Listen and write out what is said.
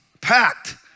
Packed